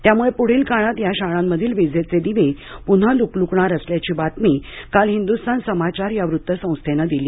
त्यामुळे पुढील काळात या शाळांमधील वीजेचे दिवे पुन्हा लुकलुकणार असल्याची बातमी काल हिंदुस्थान समाचार या वृत्तसंस्थेने दिली